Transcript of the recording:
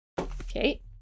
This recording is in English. Okay